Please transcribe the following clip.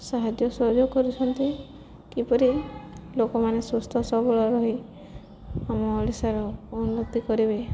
ସାହାଯ୍ୟ ସହଯୋଗ କରଛନ୍ତି କିପରି ଲୋକମାନେ ସୁସ୍ଥ ସବଳ ରହି ଆମ ଓଡ଼ିଶାର ଉନ୍ନତି କରିବେ